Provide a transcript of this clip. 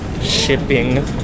shipping